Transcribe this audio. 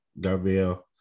Gabriel